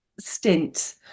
stint